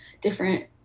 different